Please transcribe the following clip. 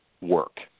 work